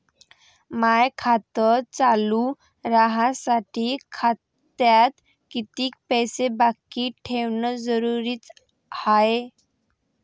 माय खातं चालू राहासाठी खात्यात कितीक पैसे बाकी ठेवणं जरुरीच हाय?